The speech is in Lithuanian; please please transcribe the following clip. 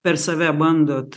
per save bandot